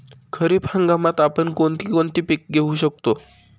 खरीप हंगामात आपण कोणती कोणती पीक घेऊ शकतो?